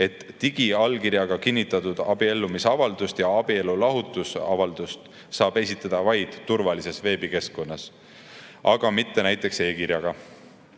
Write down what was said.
et digiallkirjaga kinnitatud abiellumisavaldust ja abielulahutusavaldust saab esitada vaid turvalises veebikeskkonnas, aga mitte näiteks e‑kirjaga.